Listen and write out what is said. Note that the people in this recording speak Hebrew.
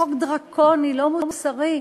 חוק דרקוני, לא מוסרי.